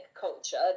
culture